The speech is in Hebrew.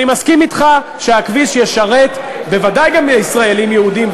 אני מסכים אתך שהכביש ישרת בוודאי גם ישראלים יהודים,